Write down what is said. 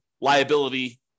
liability